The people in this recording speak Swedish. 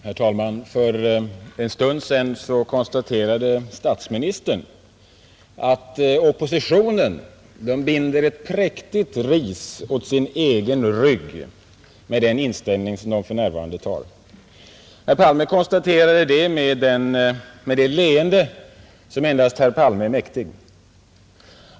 Herr talman! För en stund sedan konstaterade statsministern att oppositionen binder ett präktigt ris åt sin egen rygg med den inställning som den för närvarande intar, Herr Palme konstaterade detta med det leende som endast herr Palme är mäktig.